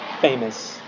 famous